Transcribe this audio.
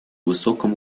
высоком